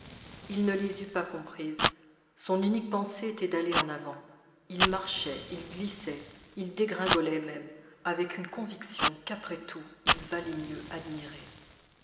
il ne les eût pas comprises son unique pensée était d'aller en avant il marchait il glissait il dégringolait même avec une conviction qu'après tout il valait mieux admirer